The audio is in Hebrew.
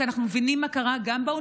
כי אנחנו מבינים מה קרה באוניברסיטאות,